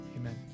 Amen